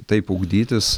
taip ugdytis